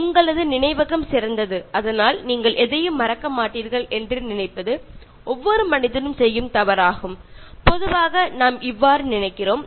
உங்களது நினைவகம் சிறந்தது அதனால் நீங்கள் எதையும் மறக்க மாட்டீர்கள் என்று நினைப்பது ஒவ்வொரு மனிதனும் செய்யும் தவறாகும் பொதுவாக நாம் இவ்வாறு நினைக்கிறோம்